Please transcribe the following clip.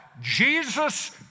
Jesus